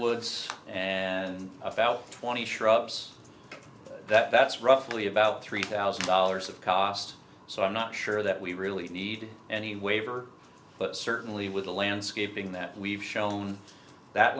woods and about twenty shrubs that's roughly about three thousand dollars of cost so i'm not sure that we really need any waiver but certainly with the landscaping that we've shown that